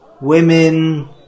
women